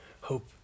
hope